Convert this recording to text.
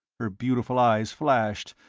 her beautiful eyes flashed,